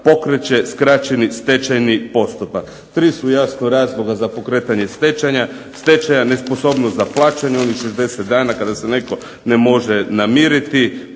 pokreće skraćeni stečajni postupak. 3 su jasno razloga za pokretanje stečaja; nesposobnost za plaćanje u onih 60 dana kada se netko ne može namiriti,